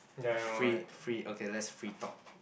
free free okay let's free talk